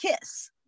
kiss